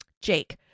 Jake